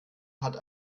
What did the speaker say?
hat